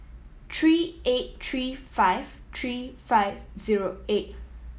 three eight three five three five zero eight